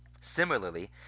Similarly